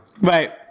Right